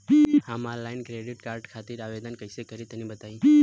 हम online credit card खातिर आवेदन कइसे करि तनि बताई?